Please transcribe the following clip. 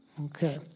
Okay